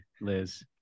Liz